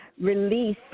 release